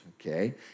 okay